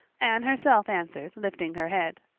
anne herself answered, lifting her head.